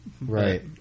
right